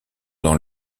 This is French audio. dans